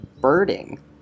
birding